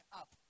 up